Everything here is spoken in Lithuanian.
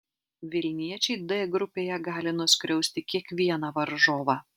vilniečiai d grupėje gali nuskriausti kiekvieną varžovą